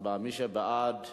מי שבעד,